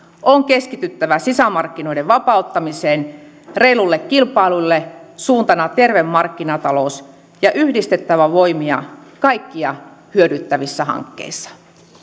on keskityttävä sisämarkkinoiden vapauttamiseen reilulle kilpailulle suuntana terve markkinatalous ja yhdistettävä voimia kaikkia hyödyttävissä hankkeissa